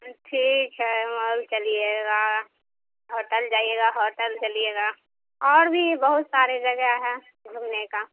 ٹھیک ہے مال چلیے گا ہوٹل جائیے گا ہوٹل چلیے گا اور بھی بہت ساری جگہ ہے گھومنے کا